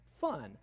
fun